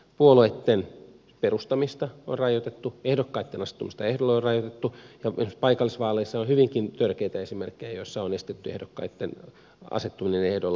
puolueitten perustamista on rajoitettu ehdokkaitten astumista ehdolle on rajoitettu ja esimerkiksi paikallisvaaleissa on hyvinkin törkeitä esimerkkejä joissa on estetty ehdokkaitten asettuminen ehdolle